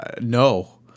No